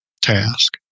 task